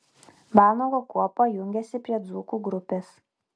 vanago kuopa jungiasi prie dzūkų grupės